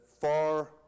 far